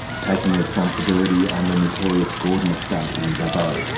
taking responsibility on the notorious gordon estate in dubbo.